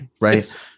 Right